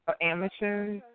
Amateur